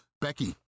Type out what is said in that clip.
Becky